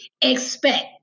expect